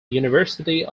university